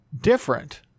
different